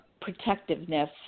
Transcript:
protectiveness